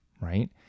right